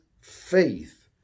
faith